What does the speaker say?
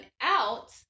out